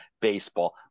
baseball